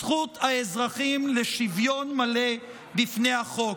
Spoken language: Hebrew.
זכות האזרחים לשוויון מלא בפני החוק.